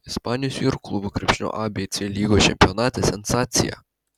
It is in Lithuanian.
ispanijos vyrų klubų krepšinio abc lygos čempionate sensacija